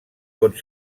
pot